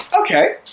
Okay